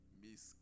miss